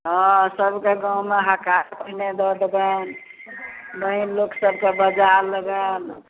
हँ सबके गाँवमे हकार पहिने दऽ देबनि लोक सबके बजा लेबनि